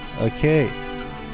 Okay